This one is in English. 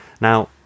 Now